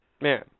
Man